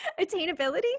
Attainability